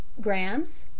grams